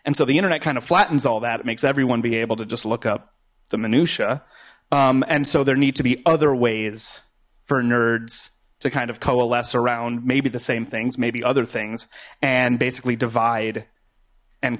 and so the internet kind of flattens all that makes everyone be able to just look up the minutia and so there needs to be other ways for nerds to kind of coalesce around maybe the same things maybe other things and basically divide and